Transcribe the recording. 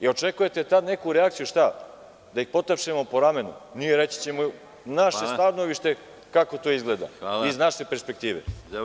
Očekujete sada neku reakciju, da ih potapšemo po ramenu, reći ćemo naše stanovište kako to izgleda iz naše perspektive.